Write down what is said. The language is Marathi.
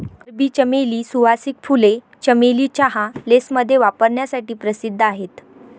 अरबी चमेली, सुवासिक फुले, चमेली चहा, लेसमध्ये वापरण्यासाठी प्रसिद्ध आहेत